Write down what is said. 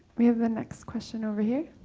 we have a next question over here.